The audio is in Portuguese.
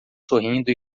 sorrindo